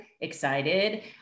excited